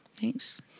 Thanks